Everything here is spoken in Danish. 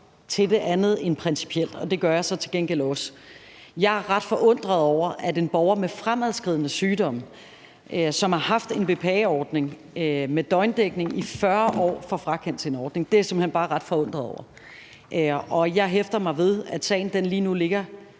anden måde end principielt, men det gør jeg så til gengæld også. Jeg er ret forundret over, at en borger med fremadskridende sygdom, som har haft en BPA-ordning med døgndækning i 40 år, får frakendt sin ordning. Det er jeg simpelt hen bare ret forundret over. Jeg hæfter mig ved, at sagen lige nu ligger